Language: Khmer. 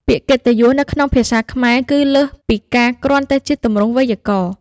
ពាក្យកិត្តិយសនៅក្នុងភាសាខ្មែរគឺលើសពីការគ្រាន់តែជាទម្រង់វេយ្យាករណ៍។